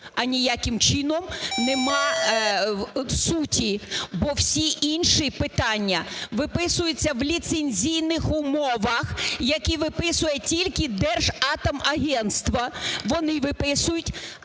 а ніяким чином нема суті, бо всі інші питання виписуються в ліцензійних умовах, які виписує тільки Держатомагенство, вони виписують.